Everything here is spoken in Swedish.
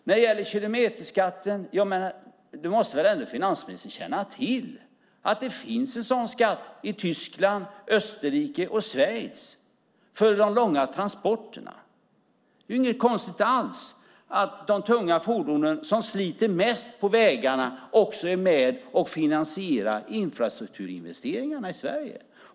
När det gäller kilometerskatten måste väl ändå finansministern känna till att Tyskland, Österrike och Schweiz har en sådan skatt för de långa transporterna. Det är inget konstigt alls att de tunga fordonen som sliter mest på vägarna också är med och finansierar infrastrukturinvesteringarna i Sverige.